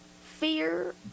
fear